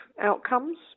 outcomes